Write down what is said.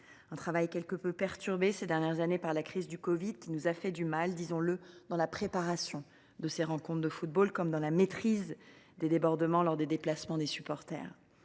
ce travail a été quelque peu perturbé ces dernières années par la crise du covid 19 qui, disons le, nous a fait du mal dans la préparation des rencontres de football comme dans la maîtrise des débordements lors des déplacements des supporters.